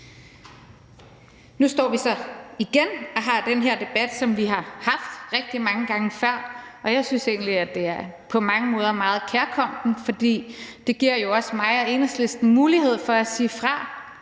Nu står vi så igen og har den her debat, som vi har haft rigtig mange gange før, og jeg synes egentlig, at det på mange måder er meget kærkomment, for det giver jo også mig og Enhedslisten mulighed for at sige fra